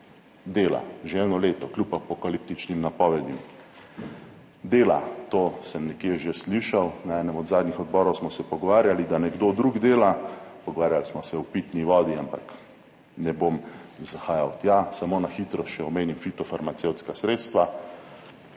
dela, že eno leto, kljub apokaliptičnim napovedim, dela. To sem nekje že slišal, na enem od zadnjih odborov smo se pogovarjali, da nekdo drug dela, pogovarjali smo se o pitni vodi, ampak ne bom zahajal tja, samo na hitro, še omenim fitofarmacevtska sredstva.